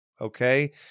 Okay